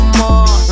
more